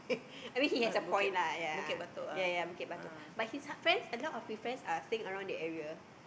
I mean he has a point lah ya ya ya Bukit-Batok but his friend a lot of his friend are staying around the area